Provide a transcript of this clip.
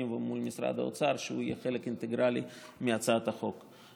ומול משרד האוצר שיהיה חלק אינטגרלי מהצעת החוק.